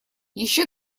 ещё